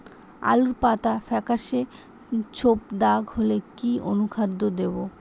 আলুর পাতা ফেকাসে ছোপদাগ হলে কি অনুখাদ্য দেবো?